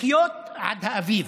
לחיות עד האביב.